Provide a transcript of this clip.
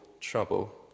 trouble